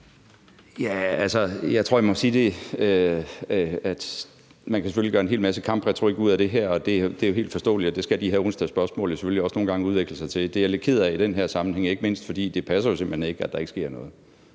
Erhvervsministeren (Morten Bødskov): Man kan selvfølgelig bruge en hel masse kampretorik på det her, og det er jo helt forståeligt, at det skal de her onsdagsspørgsmål selvfølgelig også nogle gange udvikle sig til. Det er jeg lidt ked af i den her sammenhæng, ikke mindst fordi det jo simpelt hen ikke passer, at der ikke sker noget.